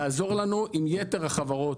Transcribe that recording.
תעזור לנו עם יתר החברות.